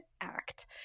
act